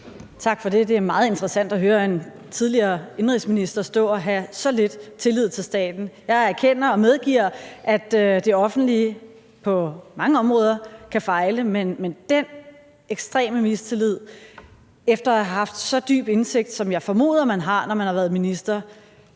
Tak for det. Det er meget interessant at høre en tidligere indenrigsminister stå og have så lidt tillid til staten. Jeg erkender og medgiver, at det offentlige på mange områder kan fejle, men den ekstreme mistillid efter at have haft så dyb indsigt, som jeg formoder at man har haft, når man har været minister,